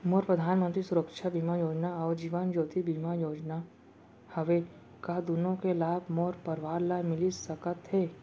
मोर परधानमंतरी सुरक्षा बीमा योजना अऊ जीवन ज्योति बीमा योजना हवे, का दूनो के लाभ मोर परवार ल मिलिस सकत हे?